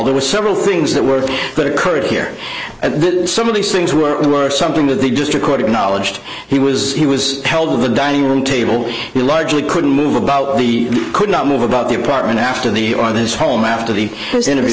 there were several things that were that occurred here at some of these things were something that they just recorded knowledge that he was he was held in the dining room table he largely couldn't move about the could not move about the apartment after the on his home after the interview